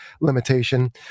limitation